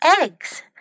eggs